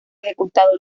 ejecutado